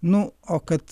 nu o kad